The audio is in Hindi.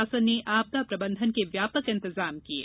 शासन ने आपदा प्रबंधन के व्यापक इंतजाम किये